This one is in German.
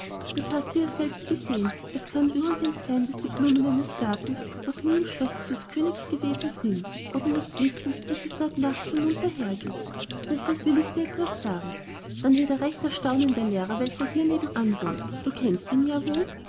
das hast du ja selbst gesehen es kann übrigens sein daß die blumen eines gartens noch nie im schlosse des königs gewesen sind oder nicht wissen daß es dort nachts so munter hergeht deshalb will ich dir etwas sagen dann wird er recht erstaunen der lehrer welcher hier nebenan wohnt du kennst ihn ja wohl